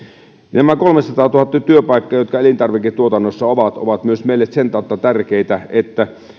nämä kolmesataatuhatta työpaikkaa jotka elintarviketuotannossa ovat ovat meille myös sen tautta tärkeitä että